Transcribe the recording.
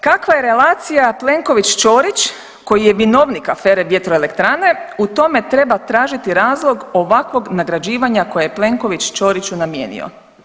Kakva je relacija Plenković-Ćorić koji je vinovnik afere Vjetroelektrane, u tome treba tražiti razlog ovakvog nagrađivanja koje je Plenković Ćoriću namijenio.